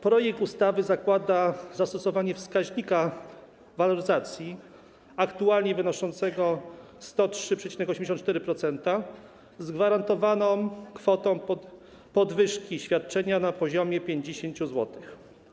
Projekt ustawy zakłada zastosowanie wskaźnika waloryzacji aktualnie wynoszącego 103,84% z gwarantowaną kwotą podwyżki świadczenia na poziomie 50 zł.